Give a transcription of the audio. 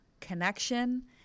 connection